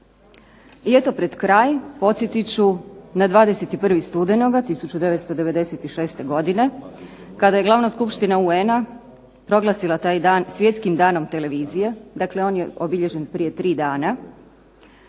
I eto pred kraj podsjetit ću na 21. studenoga 1996. godine kada je glavna skupština UN-a proglasila taj dan svjetskim danom televizije, dakle on je obilježen prije tri dana,